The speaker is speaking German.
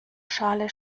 schale